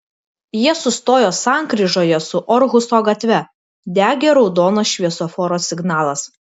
jie sustojo sankryžoje su orhuso gatve degė raudonas šviesoforo signalas